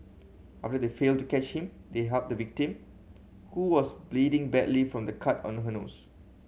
after they failed to catch him they helped the victim who was bleeding badly from the cut on her nose